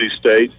State